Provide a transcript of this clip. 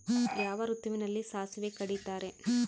ಯಾವ ಋತುವಿನಲ್ಲಿ ಸಾಸಿವೆ ಕಡಿತಾರೆ?